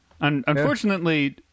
Unfortunately